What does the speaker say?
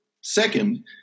Second